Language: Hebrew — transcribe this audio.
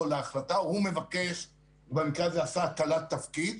להחלטה הוא מבקש ובמקרה הזה עשה הטלת תפקיד,